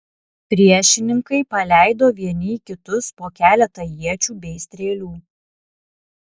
priešininkai paleido vieni į kitus po keletą iečių bei strėlių